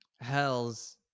hells